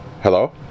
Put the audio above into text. Hello